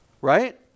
Right